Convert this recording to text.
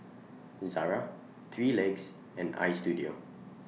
Zara three Legs and Istudio